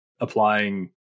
applying